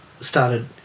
started